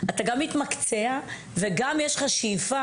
אתה גם מתמקצע, וגם יש לך שאיפה.